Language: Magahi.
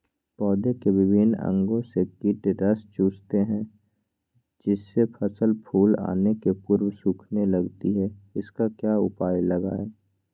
पौधे के विभिन्न अंगों से कीट रस चूसते हैं जिससे फसल फूल आने के पूर्व सूखने लगती है इसका क्या उपाय लगाएं?